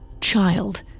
Child